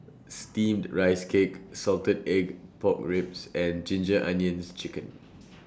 Steamed Rice Cake Salted Egg Pork Ribs and Ginger Onions Chicken